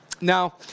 Now